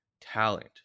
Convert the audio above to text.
talent